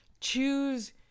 choose